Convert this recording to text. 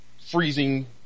freezing